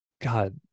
God